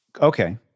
Okay